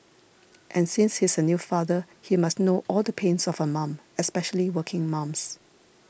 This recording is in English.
and since he's a new father he must know all the pains of a mum especially working mums